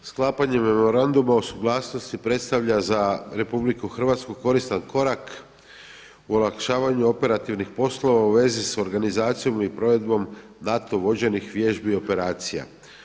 Sklapanje Memoranduma o suglasnosti predstavlja za RH koristan korak u olakšavanju operativnih poslova u vezi sa organizacijom i provedbom NATO vođenih vježbi i operacija.